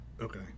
Okay